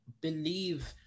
believe